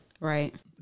Right